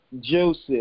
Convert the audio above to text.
Joseph